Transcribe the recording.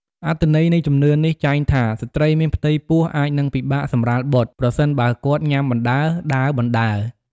អត្ថន័យនៃជំនឿនេះចែងថា ស្ត្រីមានផ្ទៃពោះអាចនឹងពិបាកសម្រាលបុត្រ ប្រសិនបើគាត់ញ៉ាំបណ្តើរដើរបណ្តើរ។